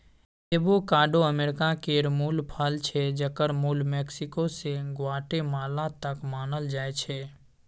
avocado America केर मुल फल छै जकर मुल मैक्सिको सँ ग्वाटेमाला तक मानल जाइ छै